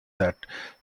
that